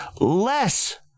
less